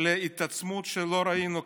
להתעצמות שלא ראינו כמותה?